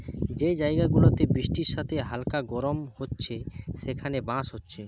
যে জায়গা গুলাতে বৃষ্টির সাথে হালকা গরম হচ্ছে সেখানে বাঁশ হচ্ছে